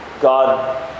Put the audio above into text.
God